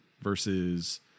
versus